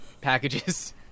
packages